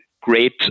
great